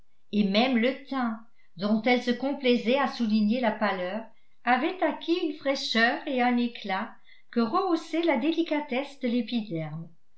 et même le teint dont elle se complaisait à souligner la pâleur avait acquis une fraîcheur et un éclat que rehaussait la délicatesse de l'épiderme